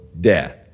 death